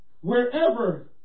wherever